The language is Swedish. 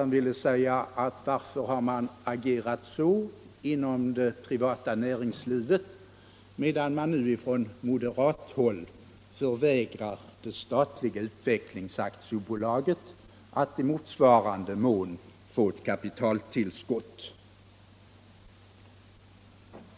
Han ville säga: Varför har man agerat så inom det privata näringslivet medan representanter för moderaterna nu vill förvägra det statliga Utvecklingsaktiebolaget att i motsvarande mån få ett kapitaltillskott?